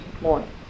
morning